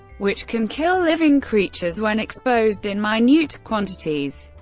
which can kill living creatures when exposed in minute quantities.